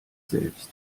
selbst